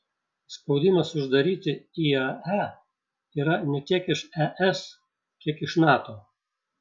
spaudimas uždaryti iae yra ne tiek iš es kiek iš nato